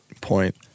point